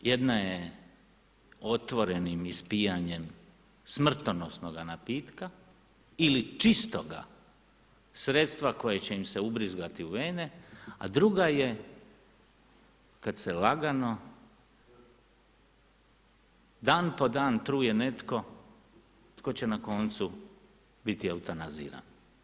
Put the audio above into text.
Jedna je otvorenim ispijanjem smrtonosnoga napitka, ili čistoga sredstva koje će im se ubrizgati u vene a druga je kada se lagano dan po dan truje netko tko će na koncu biti eutanaziran.